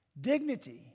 Dignity